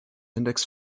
index